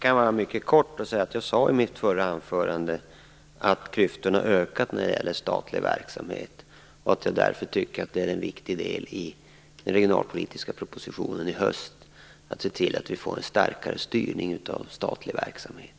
Fru talman! Jag sade i mitt förra anförande att klyftorna hade ökat när det gäller statlig verksamhet. Jag tycker att en viktig del i den regionalpolitiska propositionen som läggs fram i höst är att se till att det blir en starkare styrning av statlig verksamhet.